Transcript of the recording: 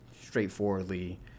straightforwardly